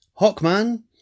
Hawkman